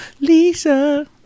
Lisa